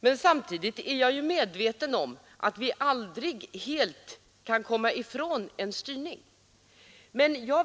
Men samtidigt är jag ju medveten om att vi aldrig helt kan komma ifrån en styrning.